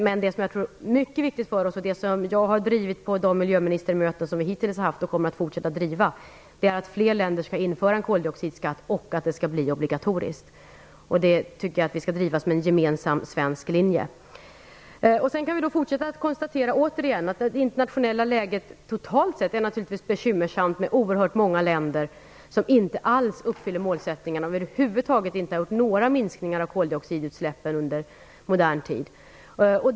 Den fråga som är viktig för oss och som jag drivit på de miljöministermöten som vi hittills haft - jag kommer att fortsätta att driva frågan - är att fler länder skall införa en koldioxidskatt och att den skall bli obligatorisk. Jag tycker att den frågan skall drivas med en gemensam svensk linje. Vi kan åter konstatera att det internationella läget totalt sett naturligtvis är bekymmersamt med oerhört många länder som inte alls uppfyller målen och över huvud taget inte uppnått några minskningar av koldioxidutsläppen under modern tid.